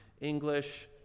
English